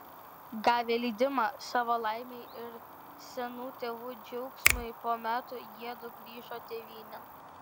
gavę leidimą savo laimei ir senų tėvų džiaugsmui po metų jiedu grįžo tėvynėn